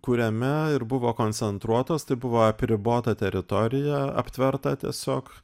kuriame ir buvo koncentruotos tai buvo apribota teritorija aptverta tiesiog